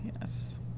Yes